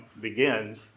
begins